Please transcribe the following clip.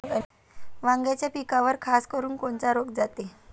वांग्याच्या पिकावर खासकरुन कोनचा रोग जाते?